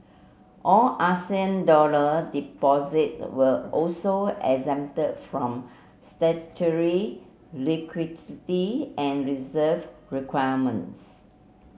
all dollar deposited were also exempted from statutory liquidity and reserve requirements